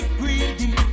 greedy